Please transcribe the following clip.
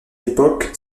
époque